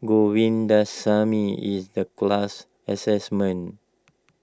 Govindasamy in the class assignment